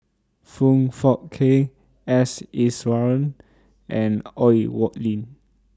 Foong Fook Kay S Iswaran and Oi Lin